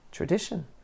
tradition